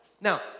Now